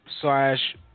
slash